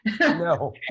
No